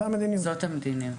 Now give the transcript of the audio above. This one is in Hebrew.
זה המדיניות.